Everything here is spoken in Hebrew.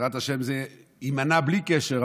בעזרת השם זה יימנע בלי קשר,